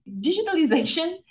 digitalization